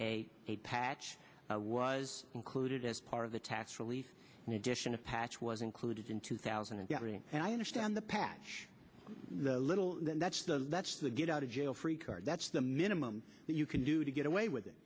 a a patch was included as part of the tax relief in addition a patch was included in two thousand and three and i understand the patch little that's the that's the get out of jail free card that's the minimum you can do to get away with it